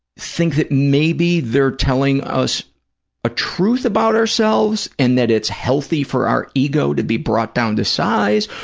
think that maybe they're telling us a truth about ourselves and that it's healthy for our ego to be brought down to size,